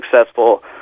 successful